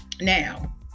Now